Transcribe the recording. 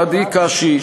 עדי קשי,